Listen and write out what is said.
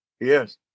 Yes